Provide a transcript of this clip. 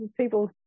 People